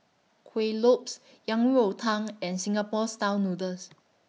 Kueh Lopes Yang Rou Tang and Singapore Style Noodles